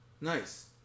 Nice